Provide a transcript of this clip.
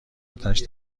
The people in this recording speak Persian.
آتش